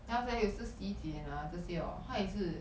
then after that 有时十一点啊这些 orh 她也是